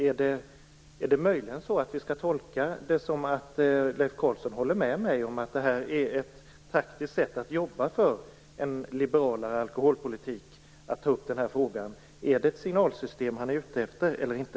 Skall vi möjligen tolka det som att Leif Carlson håller med mig om att det är ett taktiskt sätt att jobba för en liberalare alkoholpolitik när han tar upp den här frågan? Är det ett signalsystem han är ute efter eller inte?